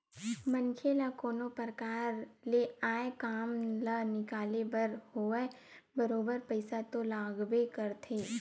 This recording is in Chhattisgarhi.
मनखे ल कोनो परकार ले आय काम ल निकाले बर होवय बरोबर पइसा तो लागबे करथे